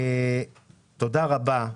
תודה רבה.